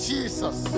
Jesus